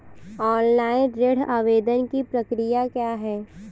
Online ऋण आवेदन की प्रक्रिया क्या है?